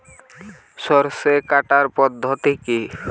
সরষে কাটার পদ্ধতি কি?